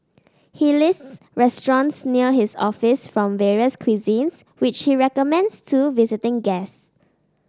he lists restaurants near his office from various cuisines which he recommends to visiting guest